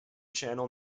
channel